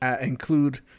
include